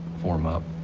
form up,